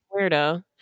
weirdo